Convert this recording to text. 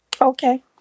okay